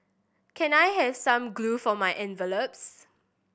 can I have some glue for my envelopes